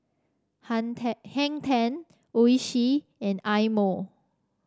Han Ten Hang Ten Oishi and Eye Mo